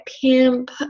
pimp